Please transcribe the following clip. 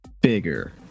bigger